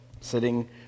sitting